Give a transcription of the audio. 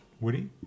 Woody